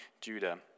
Judah